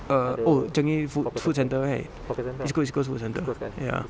err oh changi food food center right east coast east coast food center ya